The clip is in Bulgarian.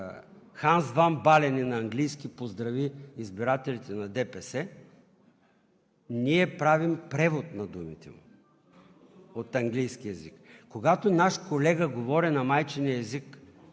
Ханс ван Баален и на английски поздрави избирателите на ДПС, ние правим превод на думите му от английски език. Когато наш колега говори на майчиния език